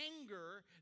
anger